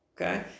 okay